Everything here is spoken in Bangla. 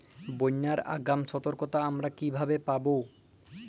বন্যার আগাম সতর্কতা আমরা কিভাবে পাবো?